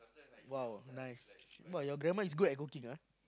!wow! nice !wow! your grandma is good at cooking ah